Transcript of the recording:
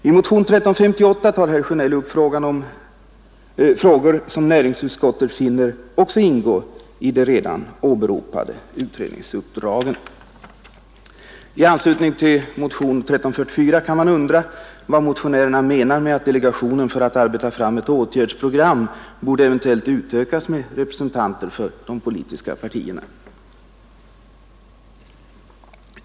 I anslutning till motionen 1344 kan man undra vad motionärerna menar med att delegationen, för att arbeta fram ett åtgärdsprogram, eventuellt borde utökas med representanter för de politiska partierna.